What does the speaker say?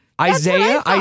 Isaiah